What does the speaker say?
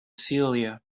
celia